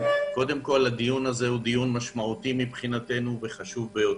הזה הוא משמעותי וחשוב ביותר.